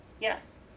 Yes